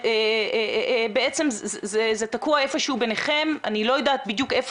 זה בעצם תקוע ביניכם ואני לא יודעת היכן.